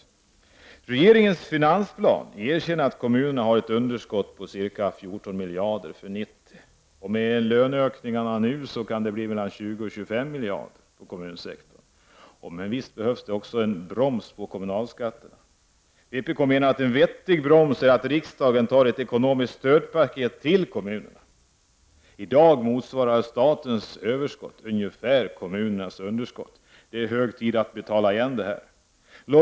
I regeringens finansplan erkänns att kommunerna har ett underskott på ca 14 miljarder för 1990. Med löneökningarna nu kan det bli mellan 20 och 25 miljarder på kommunsektorn. Men visst behövs det också en broms på kommunalskatterna. Vpk menar att en vettig broms är att riksdagen antar ett ekonomiskt stödpaket till kommunerna. I dag motsvarar statens överskott ungefär kommunernas underskott. Det är hög tid att betala igen detta.